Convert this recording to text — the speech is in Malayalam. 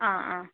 ആ ആ